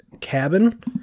Cabin